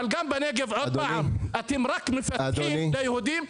אבל גם בנגב אתם מפתחים רק ליהודים.